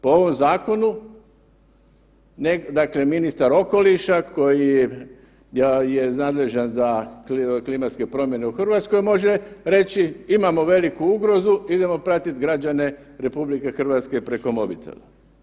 Po ovom zakonu dakle ministar okoliša koji je nadležan za klimatske promjene u RH može reći imamo veliku ugrozu idemo pratiti građane RH preko mobitela.